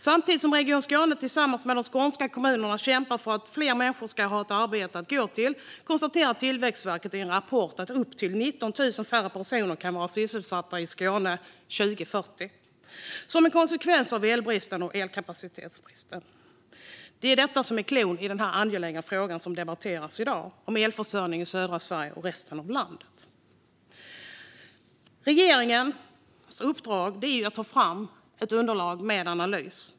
Samtidigt som Region Skåne tillsammans med de skånska kommunerna kämpar för att fler människor ska ha ett arbete att gå till konstaterar Tillväxtverket i en rapport att upp till 19 000 färre personer kan vara sysselsatta i Skåne 2040 som en konsekvens av elbristen och elkapacitetsbristen. Det är detta som är cloun i den angelägna fråga som debatteras i dag om elförsörjning i södra Sverige och resten av landet. Regeringens uppdrag är att ta fram ett underlag med en analys.